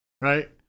right